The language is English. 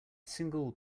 single